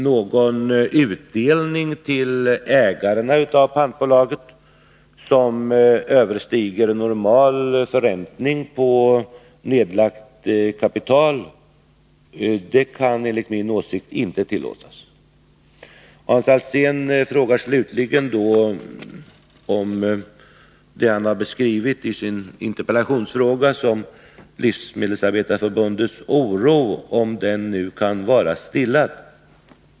Någon utdelning till ägarna av pantbolaget som överstiger normal förräntning på nedlagt kapital kan enligt min mening inte tillåtas. Hans Alsén frågar slutligen om Svenska livsmedelsarbetareförbundets oro — som han redovisat i sin interpellation — nu kan vara stillad.